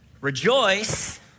Rejoice